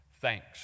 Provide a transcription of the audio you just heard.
Thanks